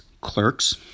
Clerks